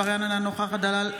נוכח משה גפני,